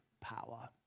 power